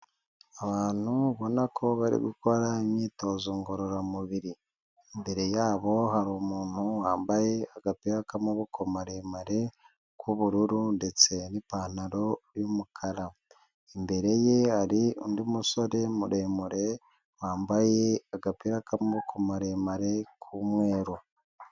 Abantu ubona ko bari gukora imyitozo ngororamubiri. Imbere yabo hari umuntu wambaye agapira k'amaboko maremare k'ubururu, ndetse n'ipantaro y'umukara. Imbere ye hari undi musore muremure, wambaye agapira k'amamoboko maremare, k'umweru.